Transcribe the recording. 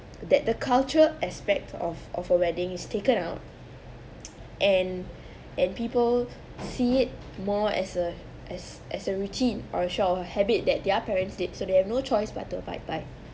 that the cultural aspect of of a wedding is taken out and and people see it more as a as as a routine or assure of a habit that their parents did so they have no choice but to abide by